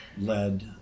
led